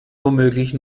womöglich